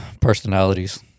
personalities